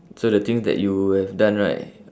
so the things that you have done right